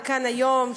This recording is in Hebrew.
וכאן היום,